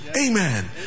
Amen